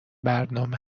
برنامه